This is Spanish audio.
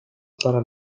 para